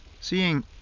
Seeing